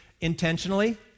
Intentionally